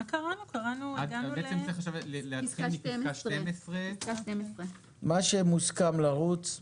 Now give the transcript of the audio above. צריך להתחיל עכשיו מפסקה 12. מה שמוסכם לרוץ,